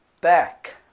back